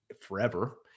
forever